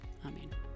amen